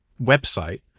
website